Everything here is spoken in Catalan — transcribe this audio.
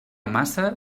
massa